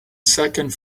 second